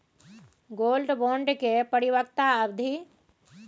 Gold bond के परिपक्वता अवधि?